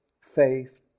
faith